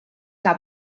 que